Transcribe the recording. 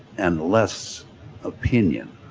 and less opinion.